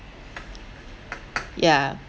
yeah